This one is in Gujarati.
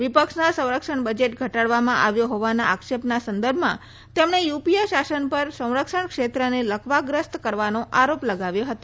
વિપક્ષના સંરક્ષણ બજેટ ઘટાડવામાં આવ્યો હોવાના આક્ષેપના સંદર્ભમાં તેમણે યુપીએ શાસન પર સંરક્ષણ ક્ષેત્રને લકવાગ્રસ્ત કરવાનો આરોપ લગાવ્યો હતો